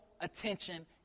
attention